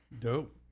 Dope